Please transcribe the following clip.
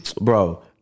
Bro